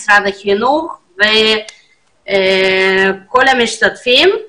משרד החינוך וכל המשתתפים.